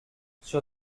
sur